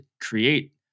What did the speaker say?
create